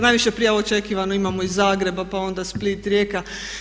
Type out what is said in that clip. Najviše prijava očekivano imamo iz Zagreba pa onda Split, Rijeka.